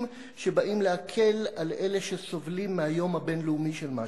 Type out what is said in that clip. שבאים להקל על אלה שסובלים ביום הבין-לאומי של משהו.